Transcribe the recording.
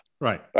Right